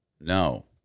No